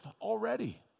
already